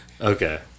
Okay